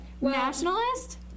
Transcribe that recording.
Nationalist